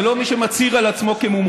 זה לא מי שמצהירה על עצמה כמומחית,